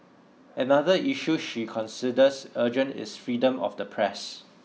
another issue she considers urgent is freedom of the press